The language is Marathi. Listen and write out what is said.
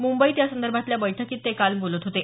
मुंबईत यासंदर्भातल्या बैठकीत ते काल बोलत होते